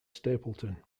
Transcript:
stapleton